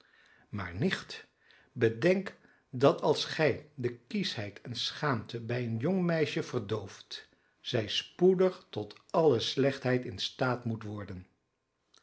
maar nicht bedenk dat als gij de kieschheid en schaamte bij een jong meisje verdooft zij spoedig tot alle slechtheid in staat moet worden